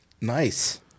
Nice